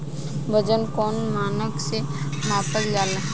वजन कौन मानक से मापल जाला?